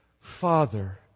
Father